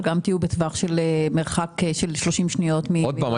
אבל גם הנחו להיות במרחק של 30 שניות מממ"ד.